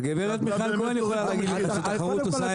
הגברת מיכל כהן יכולה להגיד לך שתחרות עושה את זה.